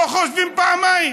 לא חושבים פעמיים,